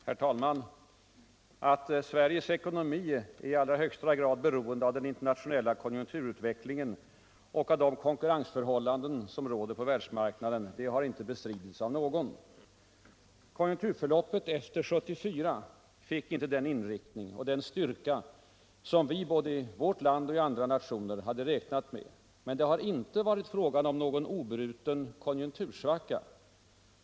Herr talman! Att Sveriges ekonomi i allra högsta grad är beroende av den internationella konjunkturutvecklingen och av de konkurrensförhållanden som råder på världsmarknaden har inte bestritts av någon. Konjunkturförloppet efter 1974 fick inte den inriktning och den styrka som vårt land och andra nationer hade räknat med, men det har inte varit fråga om någon obruten konjunktursvacka.